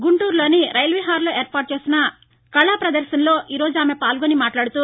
గుంటూరులోని రైల్ విహార్ లో ఏర్పాటు చేసిన కళాపదర్శనలో ఆమె ఈ రోజు పాల్గొని మాట్లాడుతూ